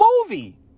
movie